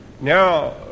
Now